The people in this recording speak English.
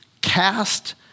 cast